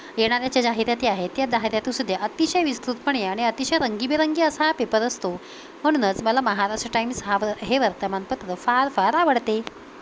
येणाऱ्या ज्या जाहिराती आहेत त्या जाहिरातीसुद्धा अतिशय विस्तृतपणे आणि अतिशय रंगीबेरंगी असा पेपर असतो म्हणूनच मला महाराष्ट्र टाईम्स हा व हे वर्तमानपत्र फार फार आवडते